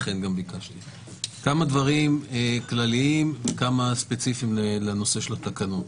כמה דברים כלליים וכמה ספציפיים לנושא של התקנות.